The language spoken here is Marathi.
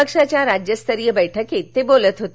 पक्षाच्या राज्यस्तरीय बैठकीत ते बोलत होते